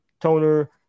toner